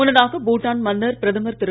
முன்னதாக பூட்டான் மன்னர் பிரதமர் திரு